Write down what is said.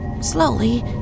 slowly